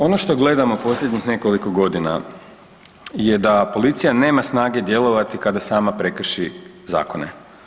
Ono što gledamo posljednjih nekoliko godina je da policija nema snage djelovati kada sama prekrši zakon.